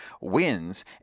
wins